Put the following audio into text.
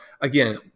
again